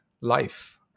life